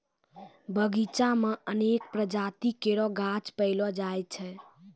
बगीचा म अनेक प्रजाति केरो गाछ पैलो जाय छै